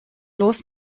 los